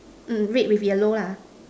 mm red with yellow lah